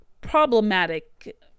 problematic